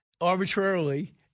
arbitrarily